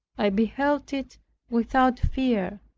i beheld it without fear,